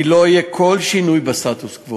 שלא יהיה כל שינוי בסטטוס-קוו.